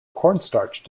cornstarch